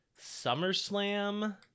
SummerSlam